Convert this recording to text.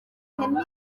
kubana